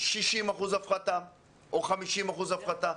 60 אחוזי הפחתה או 50 אחוזי הפחתה.